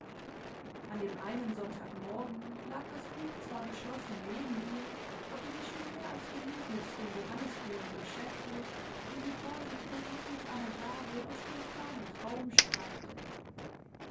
an dem einen sonntagmorgen lag das buch zwar geschlossen neben ihr aber sie schien mehr als genug mit den johannisbeeren beschäftigt die sie vorsichtig mittels einer gabel aus ihren kleinen trauben streifte